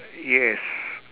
yes